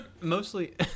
mostly